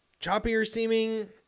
choppier-seeming